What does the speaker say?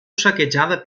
saquejada